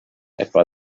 etwa